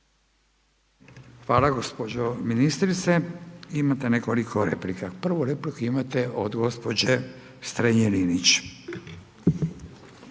Hvala gospođo ministrice. Imate nekoliko replika. Prvu repliku imate od gospođe Strenje Linić.